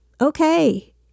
okay